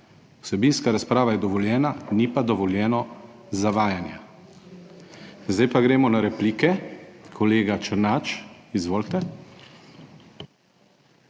Vsebinska razprava je dovoljena, ni pa dovoljeno zavajanje. Zdaj pa gremo na replike. Kolega Černač, izvolite.